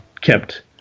kept